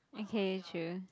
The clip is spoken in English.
okay true